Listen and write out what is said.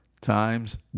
Times